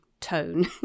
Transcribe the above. tone